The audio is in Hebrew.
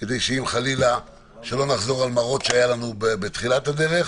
כדי שחלילה לא נחזור על מראות שהיו לנו בתחילת הדרך,